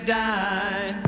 die